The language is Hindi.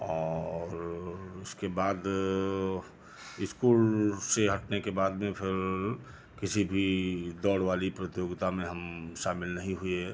और उसके बाद इस्कूल से हटने के बाद में फिर किसी भी दौड़ वाली प्रतियोगिता में हम शामिल नहीं हुए है